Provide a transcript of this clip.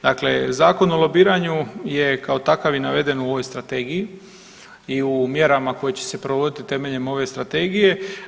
Dakle zakon o lobiranju je kao takav i naveden u ovoj Strategiji i u mjerama koje će se provoditi temeljem ove Strategije.